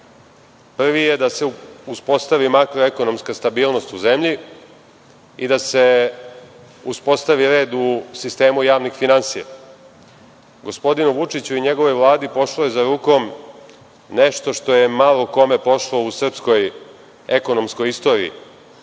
Prvi je da se uspostavi makroekonomska stabilnost u zemlji i da se uspostavi red u sistemu javnih finansija. Gospodinu Vučiću i njegovoj Vladi pošlo je za rukom nešto što je malo kome pošlo u srpskoj ekonomskoj istoriji.